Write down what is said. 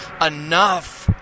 enough